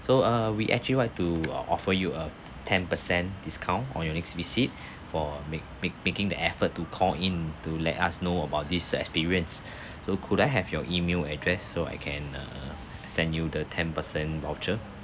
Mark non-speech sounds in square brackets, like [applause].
so uh we actually want to o~ offer you a ten percent discount on your next visit for make make making the effort to call in to let us know about this uh experience [breath] so could I have your email address so I can err send you the ten percent voucher